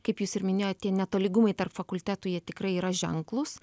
kaip jūs ir minėjot tie netolygumai tarp fakultetų jie tikrai yra ženklūs